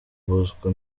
bosco